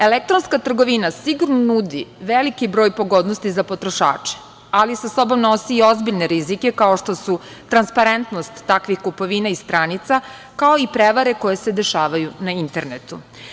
Elektronska trgovina sigurno nudi veliki broj pogodnosti za potrošače, ali sa sobom nosi ozbiljne rizike, kao što su transparentnost takvih kupovina i stranica, kao i prevare koje se dešavaju na internetu.